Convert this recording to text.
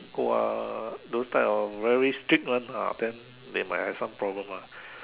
who are those type of very strict one ah then they might have some problems ah